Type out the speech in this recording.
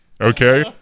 Okay